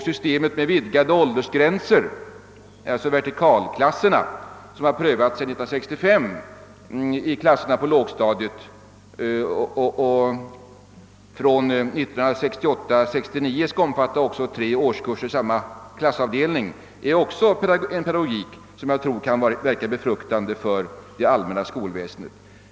Systemet med vidgade åldersgränser vertikalklasserna — som har prövats sedan 1965 för klasserna på lågstadiet och från 1968/69 skall omfatta tre årskurser på samma klassavdelning, är också en pedagogik som jag tror kan verka befruktande på det allmänna skolväsendet.